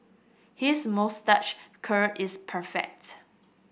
his moustache curl is perfect